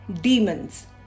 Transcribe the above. demons